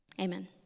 Amen